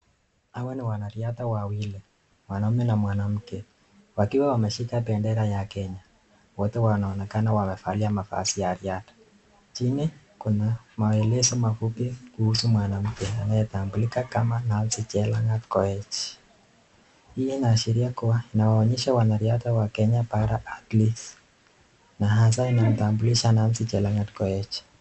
Hawa ni wanarihadha wawili mwanaume na mwanamke wakiwa wameshika pendera ya Kenya wote wanoonekana wamefalia mavazi ya rihadha chini kuna maenezo mafupi kuuza mwanamke anayetambulika kama Nancy chelangat koech hii inashidi kuwa inaonyesha wanarihadha wa kenya paraa at least na hasa anamtambuliisha na Nancy chelangat koech.